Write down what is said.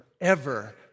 forever